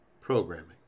programming